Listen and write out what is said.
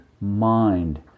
mind